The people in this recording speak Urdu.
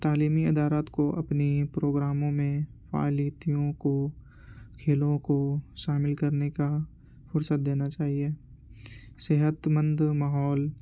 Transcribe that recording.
تعلیمی ادارات کو اپنی پروگراموں میں فعالیتوں کو کھیلوں کو شامل کرنے کا فرصت دینا چاہیے صحت مند ماحول